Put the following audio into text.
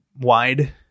wide